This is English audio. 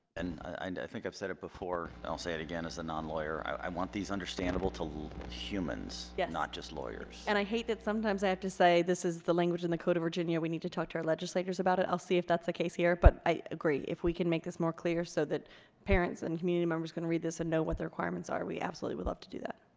and i and i think i've said it before i'll say it again as a non-lawyer i want these understandable to humans yeah not just lawyers and i hate that sometimes i have to say this is the language in the code of virginia we need to talk to our legislators about it i'll see if that's the case here but i agree if we can make this more clear so that parents and community members are going to read this and know what the requirements are we absolutely would love to do that